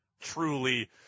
truly